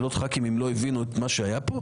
הכנסת לשאול שאלות אם הם לא הבינו את מה שהיה כאן.